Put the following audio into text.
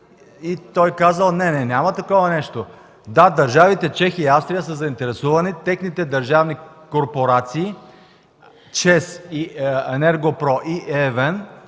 Той казал: „Не, няма такова нещо”. Да, държавите Чехия и Австрия са заинтересовани техните държавни корпорации ЧЕЗ, Енерго-Про и ЕВН